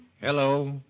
hello